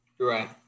Right